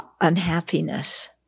unhappiness